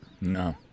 No